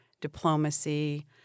diplomacy